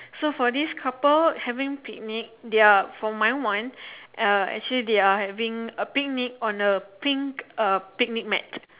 so for this couple having picnic they're for my one uh actually they're having a picnic on a pink uh picnic mat